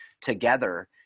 together